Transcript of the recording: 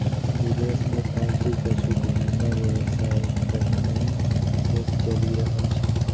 विदेश मे पालतू पशुक बीमा व्यवसाय पहिनहि सं चलि रहल छै